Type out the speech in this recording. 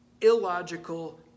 illogical